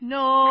no